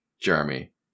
Jeremy